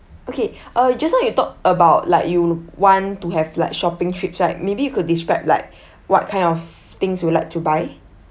okay uh just now you talk about like you want to have like shopping trips right maybe you could describe like what kind of things you like to buy